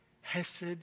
hesed